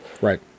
Right